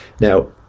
Now